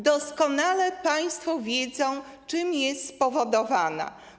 Doskonale państwo wiedzą, czym jest spowodowana.